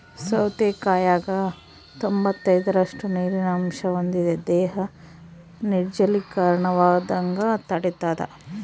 ಸೌತೆಕಾಯಾಗ ತೊಂಬತ್ತೈದರಷ್ಟು ನೀರಿನ ಅಂಶ ಹೊಂದಿದೆ ದೇಹ ನಿರ್ಜಲೀಕರಣವಾಗದಂಗ ತಡಿತಾದ